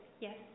Yes